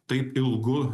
taip ilgu